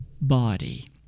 body